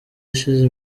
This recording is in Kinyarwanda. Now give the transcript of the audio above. ashize